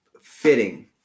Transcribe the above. fitting